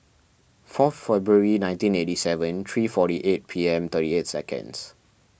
fourth February nineteen eighty seven three forty eight P M thirty eight seconds